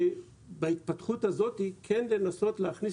ובהתפתחות הזאת אפשר אולי לנסות להכניס